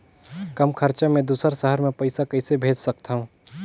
कम खरचा मे दुसर शहर मे पईसा कइसे भेज सकथव?